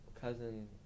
cousin